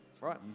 right